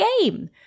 game